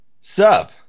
sup